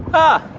ah!